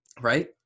right